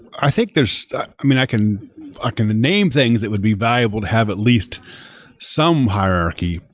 i think there's i mean, i can ah can name things that would be valuable to have at least some hierarchy,